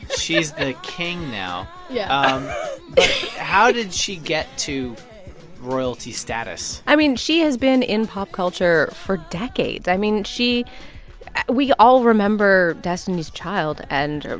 she's the king now yeah how did she get to royalty status? i mean, she has been in pop culture for decades. i mean, she we all remember destiny's child and,